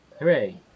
Hooray